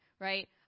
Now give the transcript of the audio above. right